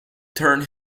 turned